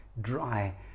dry